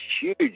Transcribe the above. huge